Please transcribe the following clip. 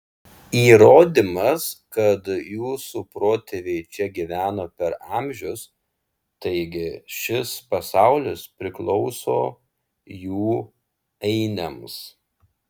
įrodymas kad jūsų protėviai čia gyveno per amžius taigi šis pasaulis priklauso jų ainiams